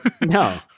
No